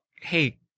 hey